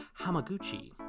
Hamaguchi